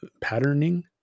patterning